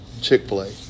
Chick-fil-A